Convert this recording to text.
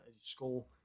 school